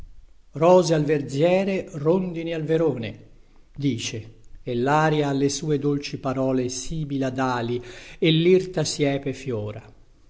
rose al verziere rondini al verone dice e laria alle sue dolci parole sibila dali e lirta siepe fiora